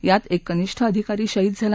यात एक कनिष्ठ अधिकारी शहीद झाला